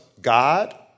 God